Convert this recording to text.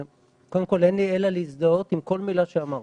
קודם כל אין לי אלא להזדהות עם כל מילה שאמרת,